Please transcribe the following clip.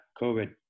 COVID